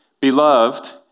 Beloved